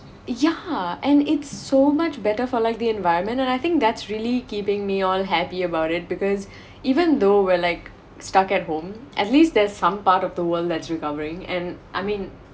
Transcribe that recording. yeah and it's so much better for like the environment and I think that's really keeping me all happy about it because even though we're like stuck at home at least there's some part of the world that's recovering and I mean